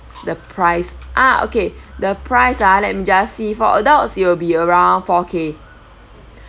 the price ah okay the price ah let me just see for adults it will be around four K